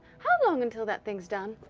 how long until that thing's done?